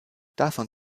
davon